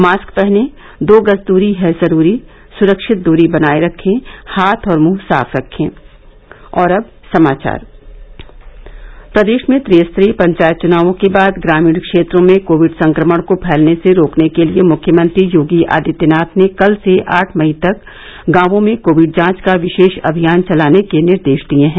mask पहनें दो गज दूरी है जरूरी सुरक्षित दूरी बनाये रखें हाथ और मुंह साफ रखे प्रदेश में त्रिस्तरीय पंचायत चुनावों के बाद ग्रामीण क्षेत्रों में कोविड संक्रमण को फैलने से रोकने के लिये मुख्यमंत्री योगी आदित्यनाथ ने कल से आठ मई तक गांवों में कोविंड जांच का विशेष अभियान चलाने के निर्देश दिये हैं